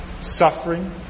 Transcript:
suffering